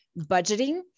budgeting